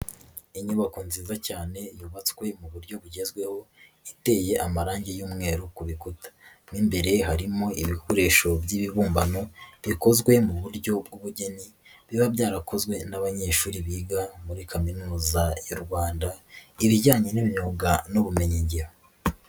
nyubako nziza cyane yubatswe mu buryo bugezweho, iteye amarangi y'umweru ku bikuta. Mo imbere harimo ibikoresho by'ibibumbano, bikozwe mu buryo bw ubugeni, biba byarakozwe n'abanyeshuri biga muri kaminuza y'u Rwanda. Ibijyanye n'imyuga n'ubumenyingiro.